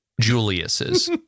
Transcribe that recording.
julius's